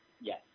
Yes